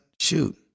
Shoot